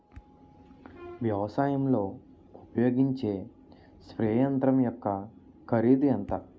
వ్యవసాయం లో ఉపయోగించే స్ప్రే యంత్రం యెక్క కరిదు ఎంత?